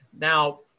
Now